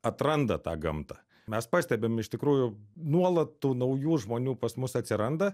atranda tą gamtą mes pastebim iš tikrųjų nuolat tų naujų žmonių pas mus atsiranda